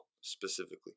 specifically